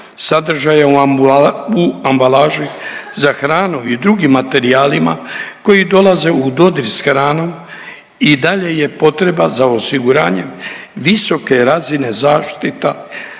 sadržaja u ambalaži za hranu i drugim materijalima koji dolaze u dodir s hranom i dalje je potreba za osiguranje visoke razine zaštita,